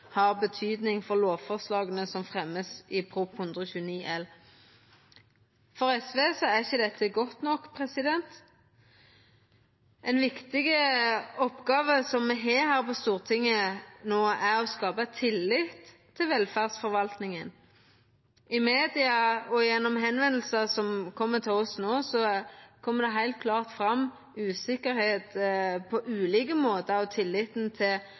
har betydning for lovforslagene som fremmes i Prop. 129 L.» For SV er ikkje dette godt nok. Ei viktig oppgåve me har her på Stortinget no, er å skapa tillit til velferdsforvaltninga. I media og gjennom spørsmål som har kome til oss, kjem det heilt klart fram usikkerheit på ulike måtar, og tilliten til